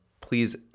please